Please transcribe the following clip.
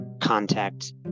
contact